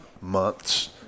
months